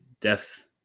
Death